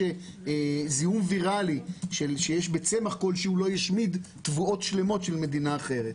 שזיהום ויראלי שיש בצמח כלשהו לא ישמיד תבואות שלמות של מדינה אחרת.